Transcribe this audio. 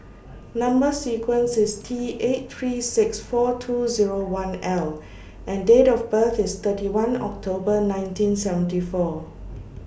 Number sequence IS T eight three six four two Zero one L and Date of birth IS thirty one October nineteen seventy four